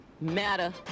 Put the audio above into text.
matter